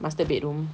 master bedroom